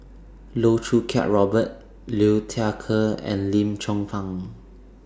Loh Choo Kiat Robert Liu Thai Ker and Lim Chong Pang